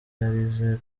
yarize